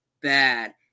bad